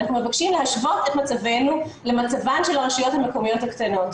אנחנו מבקשים להשוות את מצבנו למצבן של הרשויות המקומיות הקטנות.